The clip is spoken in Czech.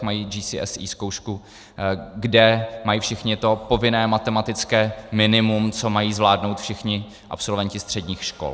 Mají GCSE zkoušku, kde mají všichni povinné matematické minimum, co mají zvládnout všichni absolventi středních škol.